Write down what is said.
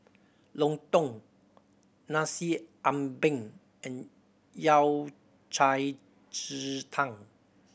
lontong Nasi Ambeng and Yao Cai ji tang